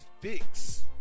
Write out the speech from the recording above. fix